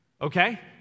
okay